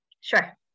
Sure